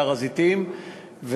בהר-הזיתים,